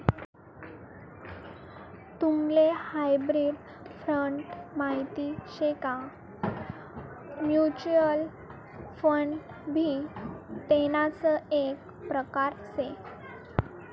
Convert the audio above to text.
तुम्हले hybrid fund माहित शे का? म्युच्युअल फंड भी तेणाच एक प्रकार से